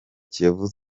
kiyovu